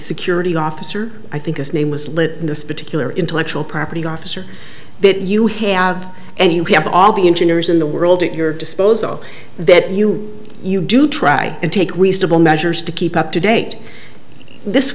security officer i think his name was in this particular intellectual property officer that you have and you have all the engineers in the world at your disposal that you you do try and take reasonable measures to keep up to date this